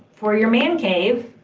for your man cave,